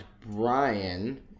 Brian